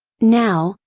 now,